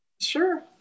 Sure